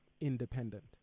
independent